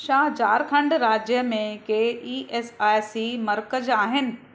छा झारखंड राज्य में के ई एस आई सी मर्कज़ आहिनि